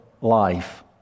life